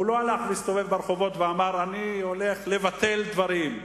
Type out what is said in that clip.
הוא לא הסתובב ברחובות ואמר: אני הולך לבטל דברים.